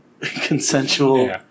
consensual